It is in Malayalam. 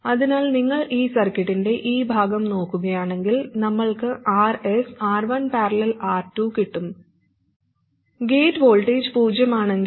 അതിനാൽ നിങ്ങൾ ഈ സർക്യൂട്ടിന്റെ ഈ ഭാഗം നോക്കുകയാണെങ്കിൽ നമ്മൾക്ക് Rs R1 || R2 കിട്ടും ഗേറ്റ് വോൾട്ടേജ് പൂജ്യമാണെങ്കിൽ